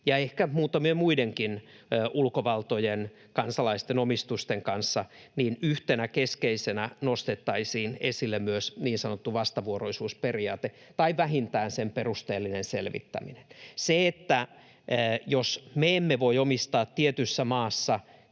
ja ehkä muutamien muidenkin ulkovaltojen kansalaisten omistusten kanssa, yhtenä keskeisenä nostettaisiin esille myös niin sanottu vastavuoroisuusperiaate tai vähintään sen perusteellinen selvittäminen. Jos me emme voi omistaa tietyssä maassa